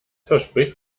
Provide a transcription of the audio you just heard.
verspricht